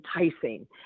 enticing